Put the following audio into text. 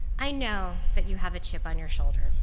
i know that you have a chip on your shoulder.